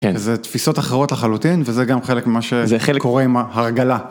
איזה תפיסות אחרות לחלוטין, וזה גם חלק ממה שקורה עם הרגלה.